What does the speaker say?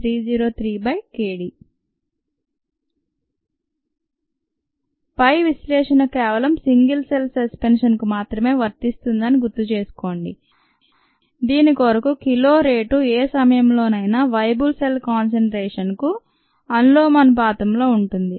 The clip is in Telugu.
303kd పై విశ్లేషణ కేవలం సింగిల్ సెల్స్ సస్పెన్షన్ కు మాత్రమే వర్తిస్తుందని గుర్తు చేసుకోండి దీని కొరకు కిల్ రేటు ఏ సమయంలోనైనా వయబుల్ సెల్ కాన్సంట్రేషన్ కు అనులోమానుపాతంలో ఉంటుంది